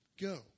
Go